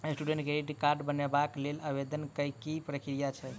Student credit card बनेबाक लेल आवेदन केँ की प्रक्रिया छै?